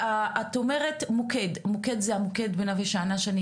האם יש מוקד נוסף?